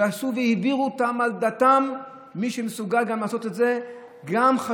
ולהעביר אותם על דתם מי שמסוגל לעשות את זה חשוד,